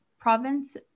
province